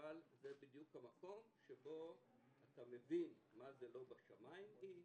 אבל זה בדיוק המקום שבו אתה מבין מה זה לא בשמיים היא,